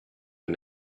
but